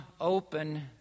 open